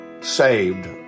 saved